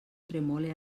tremole